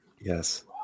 Yes